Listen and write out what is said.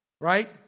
right